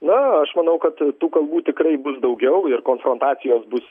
na aš manau kad tų kalbų tikrai bus daugiau ir konfrontacijos bus